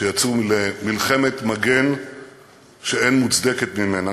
שיצאו למלחמת מגן שאין מוצדקת ממנה